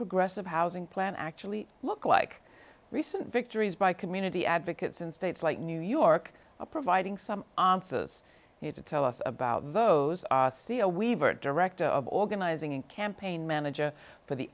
progressive housing plan actually look like recent victories by community advocates in states like new york providing some anstice here to tell us about those see a weaver director of organizing and campaign manager for the